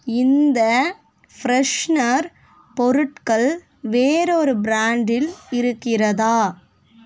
இந்த ஃப்ரெஷ்னர் பொருட்கள் வேறொரு ப்ராண்டில் இருக்கிறதா